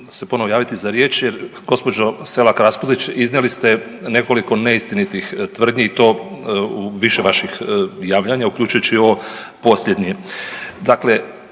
se ponovno javiti za riječ jer gospođo Selak Raspudić, iznijeli ste nekoliko neistinitih tvrdnji i to u više vaših javljanja, uključujući i ovo posljednje. Dakle,